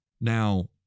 Now